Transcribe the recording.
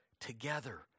together